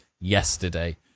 yesterday